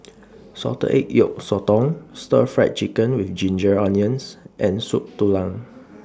Salted Egg Yolk Sotong Stir Fried Chicken with Ginger Onions and Soup Tulang